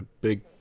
Big